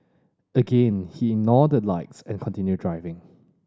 again he ignored the lights and continued driving